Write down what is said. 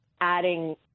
adding